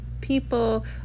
people